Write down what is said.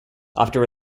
after